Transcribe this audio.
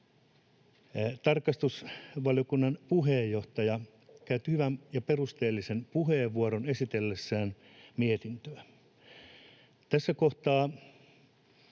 Tarkastusvaliokunnan puheenjohtaja käytti hyvän ja perusteellisen puheenvuoron esitellessään mietintöä. Tässä kohtaa